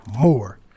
More